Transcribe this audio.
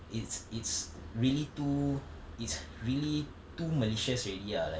it's it's really too it's really too malicious already ah like